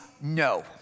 No